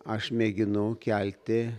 aš mėginu kelti